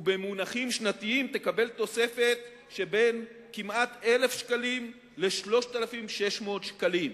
ובמונחים שנתיים תקבל תוספת של בין כמעט 1,000 שקלים ל-3,600 שקלים.